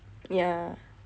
yah